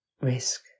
risk